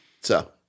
So-